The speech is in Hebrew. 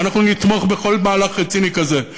ואנחנו נתמוך בכל מהלך רציני כזה,